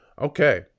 Okay